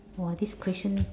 !wah! this question